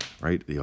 right